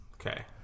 Okay